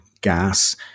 gas